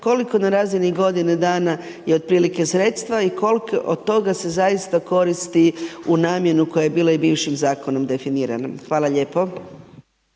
koliko na razini godine dana je otprilike sredstva i koliko od toga se zaista koristi u namjenu koja je bila i bivšim zakonom definirana. Hvala lijepo.